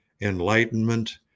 enlightenment